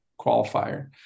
qualifier